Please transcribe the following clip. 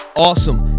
Awesome